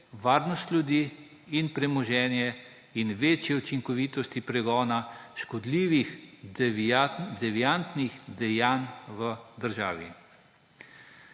varnost ljudi in premoženja ter večje učinkovitosti pregona škodljivih deviantnih dejanj v državi.